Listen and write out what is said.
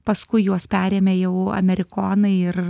paskui juos perėmė jau amerikonai ir